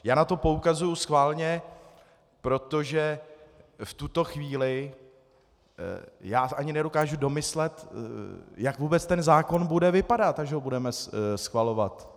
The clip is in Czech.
Já na to poukazuji schválně, protože v tuto chvíli já ani nedokážu domyslet, jak vůbec ten zákon bude vypadat, až ho budeme schvalovat.